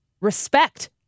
respect